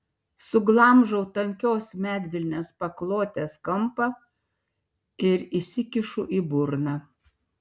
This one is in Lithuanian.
suglamžau tankios medvilnės paklodės kampą ir įsikišu į burną